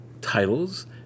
titles